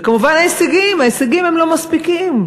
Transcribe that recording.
וכמובן ההישגים, ההישגים לא מספיקים.